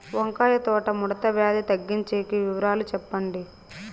వంకాయ తోట ముడత వ్యాధి తగ్గించేకి వివరాలు చెప్పండి?